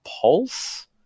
pulse